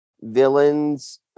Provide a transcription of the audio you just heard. villains